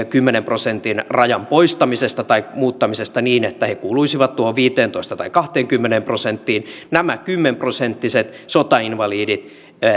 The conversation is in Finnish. kymmenen prosentin haitta asteen rajan poistamisesta tai muuttamisesta niin että he kuuluisivat tuohon viisitoista tai kahteenkymmeneen prosenttiin nämä kymmenen prosenttiset sotainvalidit